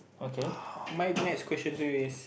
my next question to you is